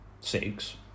six